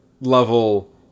level